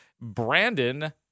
Brandon